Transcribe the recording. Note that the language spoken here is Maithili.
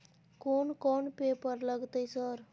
कोन कौन पेपर लगतै सर?